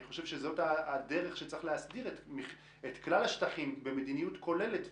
אני חושב שזאת הדרך שצריך להסדיר את כלל השטחים במדיניות כוללת,